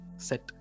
set